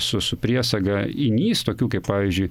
su su priesaga inys tokių kaip pavyzdžiui